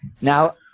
now